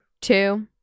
two